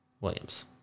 Williams